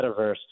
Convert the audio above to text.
metaverse